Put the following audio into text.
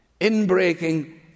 inbreaking